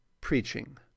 PREACHING